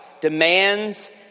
demands